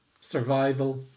survival